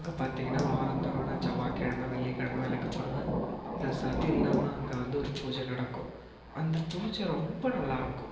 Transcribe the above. அங்கே பார்த்திங்கன்னா வாரம்தோறும் நான் செவ்வாக்கிழம வெள்ளிக்கிழம விளக்கு போடுவேன் பிளஸ் அதில்லாமல் அங்கே வந்து ஒரு பூஜை நடக்கும் அந்த பூஜை ரொம்ப நல்லா இருக்கும்